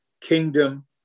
kingdom